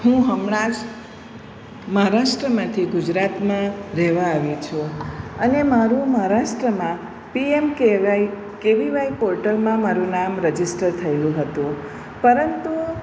હું હમણાં જ મ્હારાષ્ટ્રમાંથી ગુજરાતમાં રહેવા આવી છું અને મારું મહારાષ્ટ્રમાંથી પીએમકેવાય કેવીવાય પોર્ટલમાં મારું નામ રજીસ્ટર થએલું હતું પરંતુ